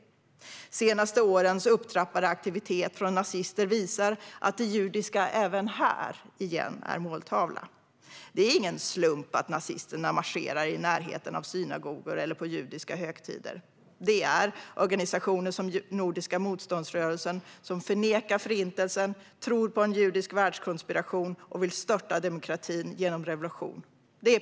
De senaste årens upptrappade aktivitet från nazister visar att det judiska är måltavla igen, även här. Det är ingen slump att nazisterna marscherar i närheten av synagogor eller vid judiska högtider. Det handlar om organisationer som Nordiska motståndsrörelsen, som förnekar Förintelsen, tror på en judisk världskonspiration och vill störta demokratin genom revolution.